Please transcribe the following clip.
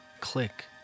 click